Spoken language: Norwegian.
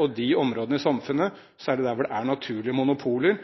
og de områdene i samfunnet, særlig der det er naturlige monopoler,